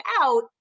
out